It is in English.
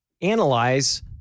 analyze